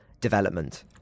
development